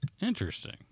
Interesting